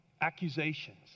accusations